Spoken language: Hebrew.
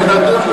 אל תדאג,